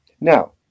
Now